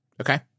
Okay